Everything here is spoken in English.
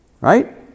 Right